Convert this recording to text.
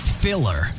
filler